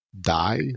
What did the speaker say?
Die